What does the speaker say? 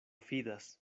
fidas